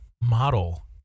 model